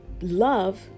love